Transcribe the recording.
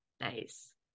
nice